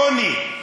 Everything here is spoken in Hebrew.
עוני.